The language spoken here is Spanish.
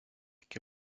qué